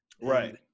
Right